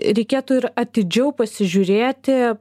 reikėtų ir atidžiau pasižiūrėti